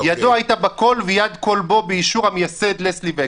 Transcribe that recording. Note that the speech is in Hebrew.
ידו הייתה בכול ויד כל בו באישור המייסד לסלי וקסנר.